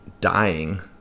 dying